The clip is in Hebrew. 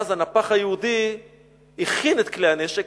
ואז הנפח היהודי הכין את כלי הנשק,